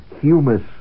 humus